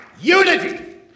unity